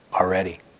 already